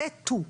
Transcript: סה טו.